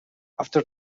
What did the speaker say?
after